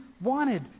wanted